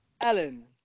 Ellen